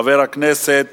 חבר הכנסת